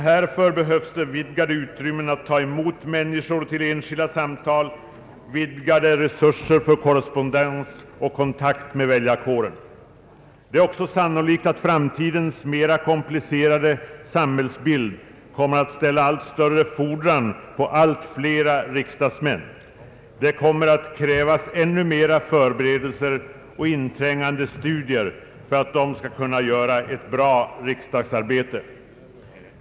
Härför behövs det vidgade utrymmen att ta emot människor för enskilda samtal, vidgade resurser för korrespondens och kontakter med väljarkåren. Det är sannolikt att framtidens mera komplicerade samhällsbild ställer allt större fordringar på allt fler riksdagsmän. Det kommer att krävas ännu mer förberedelser och inträngande studier för att de skall kunna utföra ett bra riksdagsarbete.